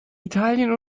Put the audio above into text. italien